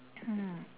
mm